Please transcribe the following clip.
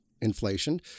inflation